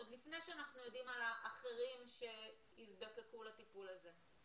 זה עוד לפני שאנחנו יודעים על האחרים שיזדקקו לטיפול הזה.